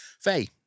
Faye